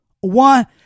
one